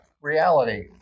reality